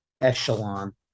echelon